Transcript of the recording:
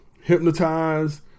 Hypnotized